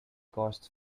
costs